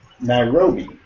Nairobi